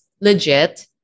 legit